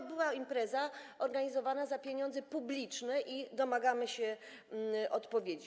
To była impreza organizowana za pieniądze publiczne i domagamy się odpowiedzi.